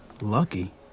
Lucky